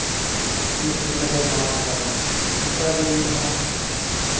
ᱥᱩᱡᱳᱜᱽ ᱥᱩᱵᱤᱫᱟ ᱠᱚ ᱧᱟᱢ ᱠᱟᱫᱟ ᱚᱱᱠᱟᱜᱮ ᱤᱧᱦᱚᱸ